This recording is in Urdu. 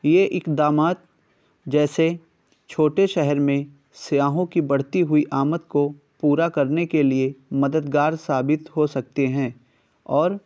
یہ اقدامات جیسے چھوٹے شہر میں سیاحوں کی بڑھتی ہوئی آمد کو پورا کرنے کے لیے مددگار ثابت ہو سکتے ہیں اور